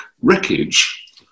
wreckage